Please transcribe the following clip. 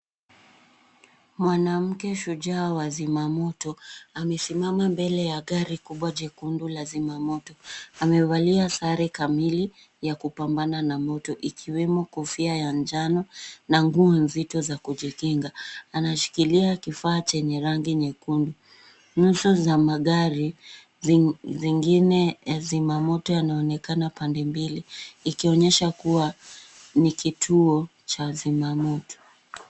Mwanamke shujaa wa zimamoto amesimama mbele ya gari kubwa jekundu la zimamoto. Amevalia sare kamili ya kupambana na moto ikiwemo kofia ya njano na nguo nzito za kujikinga. Anashikilia kifaa chenye rangi nyekundu. Nusu za magari zingine ya zimamoto yanaonekana pande mbili ikionyesha kuwa ni kituo cha zimamoto.